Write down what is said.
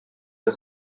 the